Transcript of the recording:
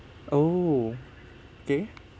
oh okay